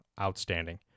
outstanding